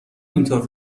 اینطور